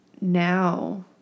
now